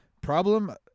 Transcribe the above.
problem